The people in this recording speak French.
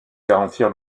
garantir